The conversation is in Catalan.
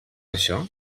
això